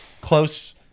close